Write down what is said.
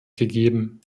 gegeben